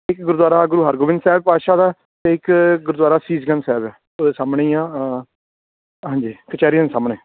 ਇੱਕ ਗੁਰਦੁਆਰਾ ਗੁਰੂ ਹਰਗੋਬਿੰਦ ਸਾਹਿਬ ਪਾਤਸ਼ਾਹ ਦਾ ਅਤੇ ਇੱਕ ਗੁਰਦੁਆਰਾ ਸੀਸਗੰਜ ਸਾਹਿਬ ਹੈ ਉਹਦੇ ਸਾਹਮਣੇ ਹੀ ਆ ਹਾਂਜੀ ਕਚਹਿਰੀਆਂ ਦੇ ਸਾਹਮਣੇ